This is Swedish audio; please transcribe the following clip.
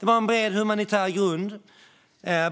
Det var en bred humanitär grund.